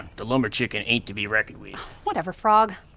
the lumber chicken ain't to be reckoned with. whatever frog.